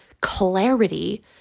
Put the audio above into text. clarity